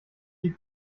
die